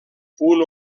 punt